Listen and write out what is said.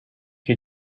you